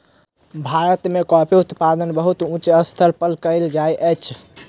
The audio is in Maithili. भारत में कॉफ़ी उत्पादन बहुत उच्च स्तर पर कयल जाइत अछि